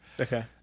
Okay